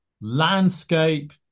landscape